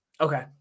Okay